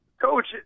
Coach